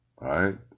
right